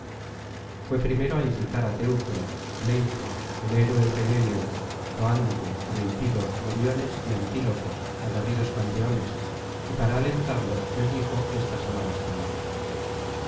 fué primero á incitar á teucro leito el héroe penéleo toante deipiro meriones y antíloco aguerridos campeones y para alentarlos les dijo estas aladas palabras